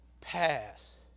pass